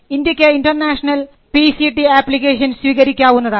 ഇന്ത്യയ്ക്ക് international PCT application സ്വീകരിക്കാവുന്നതാണ്